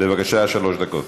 בבקשה, שלוש דקות.